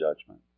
judgment